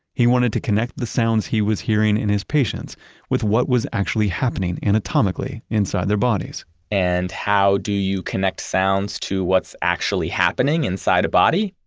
he wanted to connect the sounds he was hearing in his patients with what was actually happening anatomically inside their bodies and how do you connect sounds to what's actually happening inside a body?